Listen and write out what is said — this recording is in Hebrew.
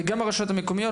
וגם הרשויות המקומיות,